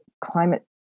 climate